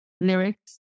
lyrics